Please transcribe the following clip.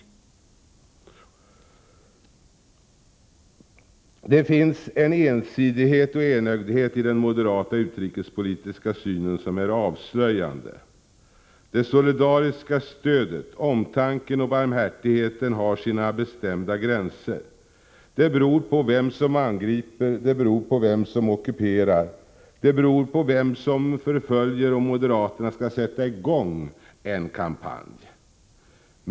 Det finns en ensidighet och en enögdhet i den moderata utrikespolitiska synen som är avslöjande. Det solidariska stödet, omtanken och barmhärtigheten har sina bestämda gränser. Det beror på vem som angriper, det beror på vem som ockuperar, det beror på vem som förföljer om moderaterna skall sätta i gång en kampanj.